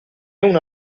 una